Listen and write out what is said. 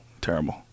terrible